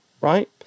Right